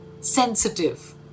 sensitive